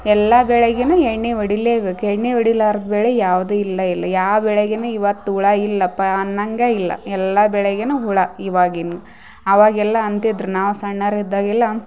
ಎಲ್ಲ ಬೆಳೆಗಿನು ಎಣ್ಣೆ ಹೊಡಿಲೇಬೇಕ್ ಎಣ್ಣೆ ಹೊಡಿಲಾರ್ದ್ ಬೆಳೆ ಯಾವುದು ಇಲ್ಲ ಇಲ್ಲ ಯಾವ ಬೆಳೆಗಿನ ಇವತ್ತು ಹುಳ ಇಲ್ಲಪ್ಪ ಅನ್ನಂಗೆ ಇಲ್ಲ ಎಲ್ಲಾ ಬೆಳೆಗಿನು ಹುಳ ಇವಾಗಿನ ಆವಾಗೆಲ್ಲ ಅಂತಿದ್ರ ನಾವು ಸಣ್ಣವರಿದ್ದಾಗೆಲ್ಲ